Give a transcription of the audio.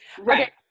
right